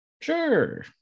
Sure